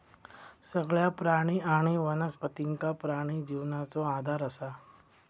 सगळ्या प्राणी आणि वनस्पतींका पाणी जिवनाचो आधार असा